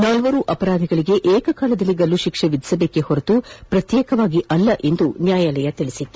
ನಾಲ್ವರೂ ಅಪರಾಧಿಗಳಿಗೆ ಏಕಕಾಲದಲ್ಲಿ ಗಲ್ಲು ಶಿಕ್ಷೆ ವಿಧಿಸಬೇಕೇ ಹೊರತು ಪ್ರತ್ಯೇಕವಾಗಿ ಅಲ್ಲ ಎಂದು ಅದು ಹೇಳಿತ್ತು